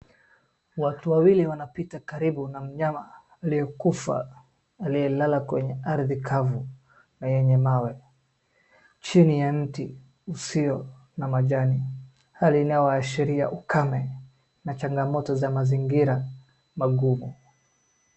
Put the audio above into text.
Watu wawili wanapita karibu na mnyama aliyekufa aliyelala kwenye ardhi kavu na yenye mawe chini ya mti usio na majani. Hali inayoashiria ukame na changamoto za mazingira mangumu.